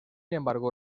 embargo